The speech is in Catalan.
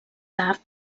tard